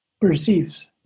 perceives